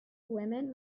women